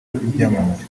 b’ibyamamare